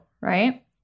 right